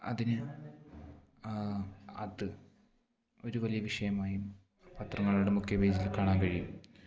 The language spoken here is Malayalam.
അതിന് അത് ഒരു വലിയ വിഷയമായും പത്രങ്ങളുടെ മുഖ്യ പേജിൽ കാണാൻ കഴിയും